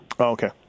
okay